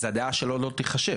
אז הדעה שלו לא תיחשב.